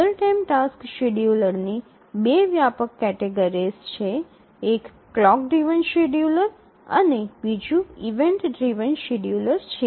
real time task શેડ્યુલરની બે વ્યાપક કેટેગરીઝ છે એક ક્લોક ડ્રિવન શેડ્યૂલર છે અને બીજું ઇવેન્ટ ડ્રિવન શેડ્યૂલર છે